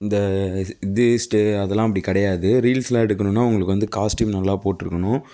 இந்த அதுலாம் அப்படி கிடையாது ரீல்ஸ்லாம் எடுக்கணும்னா உங்களுக்கு வந்து காஸ்ட்டியும் வந்து நல்லா போட்ருக்கணும்